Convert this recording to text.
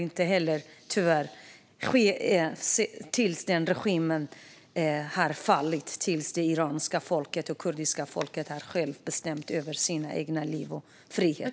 Det kommer tyvärr heller inte att upphöra förrän regimen har fallit och det iranska och det kurdiska folket självt bestämmer över sina egna liv och har sin frihet.